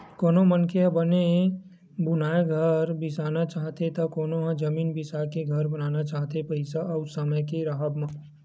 कोनो मनखे ह बने बुनाए घर बिसाना चाहथे त कोनो ह जमीन बिसाके घर बनाना चाहथे पइसा अउ समे के राहब म